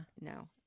no